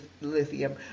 lithium